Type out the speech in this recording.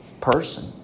person